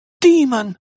Demon